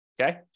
okay